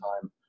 time